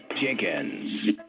Jenkins